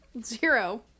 Zero